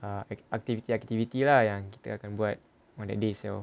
err aktiviti-aktiviti lah yang kita akan buat on that day itself